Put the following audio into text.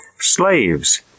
Slaves